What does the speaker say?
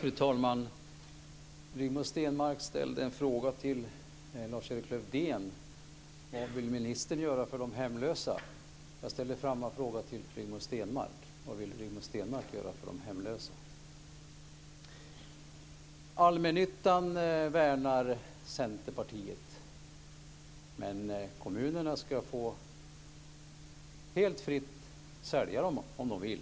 Fru talman! Rigmor Stenmark ställde en fråga till Lars-Erik Lövdén: Vad vill ministern göra för de hemlösa? Jag ställer samma fråga till Rigmor Stenmark: Vad vill Rigmor Stenmark göra för de hemlösa? Allmännyttan värnar Centerpartiet om, men kommunerna ska helt fritt få sälja dem om de vill.